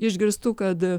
išgirstu kad